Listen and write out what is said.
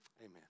Amen